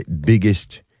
biggest